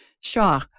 Shaw